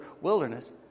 wilderness